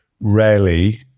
rarely